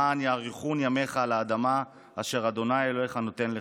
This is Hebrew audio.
למען יאריכון ימיך על האדמה אשר ה' אלוהיך נותן לך,